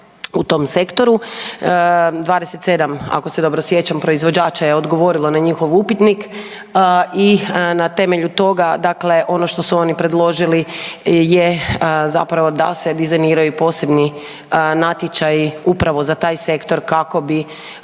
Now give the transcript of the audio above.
u tom sektoru, 27 ako se dobro sjećam proizvođača je odgovorilo na njihov upitnik i na temelju toga ono što su oni predložili je da se dizajniraju posebni natječaji upravo za taj sektor kako bi